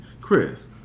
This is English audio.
Chris